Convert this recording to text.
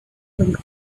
links